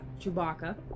chewbacca